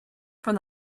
from